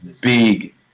big